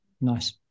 Nice